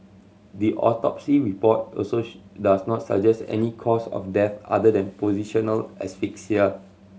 the autopsy report also does not suggest any cause of death other than positional asphyxia